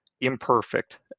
imperfect